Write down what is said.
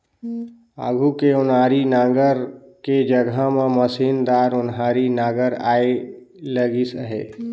आघु के ओनारी नांगर के जघा म मसीनदार ओन्हारी नागर आए लगिस अहे